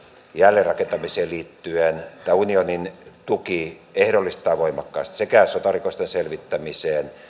jälleenrakentamiseen liittyen tämä unionin tuki ehdollistetaan voimakkaasti sekä sotarikollisten selvittämiseen